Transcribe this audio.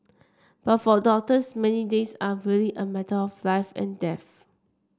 but for doctors many days are really a matter of life and death